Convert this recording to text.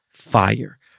fire